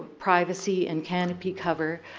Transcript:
privacy and canopy cover.